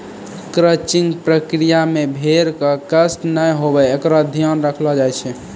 crutching प्रक्रिया मे भेड़ क कष्ट नै हुये एकरो ध्यान रखलो जाय छै